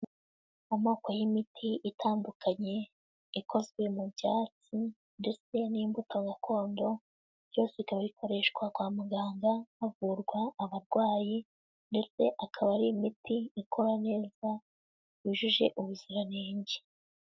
Amoko y'imiti itandukanye, ikozwe mu byatsi ndetse n'imbuto gakondo, byose bikaba bikoreshwa kwa muganga havurwa abarwayi ndetse akaba ari imiti ikora neza, yujuje ubuziranenge.